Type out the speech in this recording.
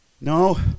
no